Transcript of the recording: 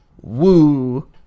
woo